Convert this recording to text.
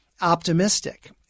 optimistic